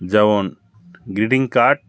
যেমন greeting card